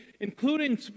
including